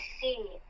see